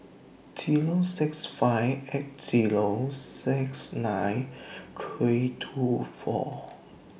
Zero six five eight Zero six nine three two four